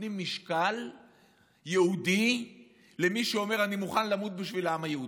שנותן משקל למי שאומר: אני מוכן למות בשביל העם היהודי?